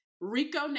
Rico